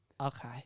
okay